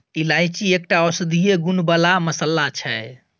इलायची एकटा औषधीय गुण बला मसल्ला छै